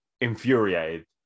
infuriated